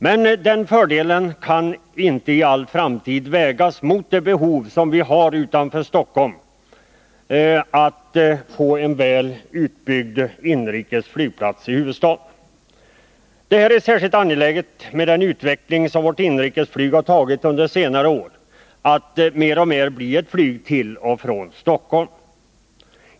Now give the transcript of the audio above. Men fördelen med närheten till Stockholms city kan inte i all framtid vägas mot det behov vi utanför Stockholm har av att också huvudstaden skall ha en väl utbyggd inrikesflygplats. Detta är särskilt angeläget med den utveckling som vårt inrikesflyg har tagit under senare år, nämligen att mer och mer bli ett flyg till och från Stockholm.